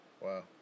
Wow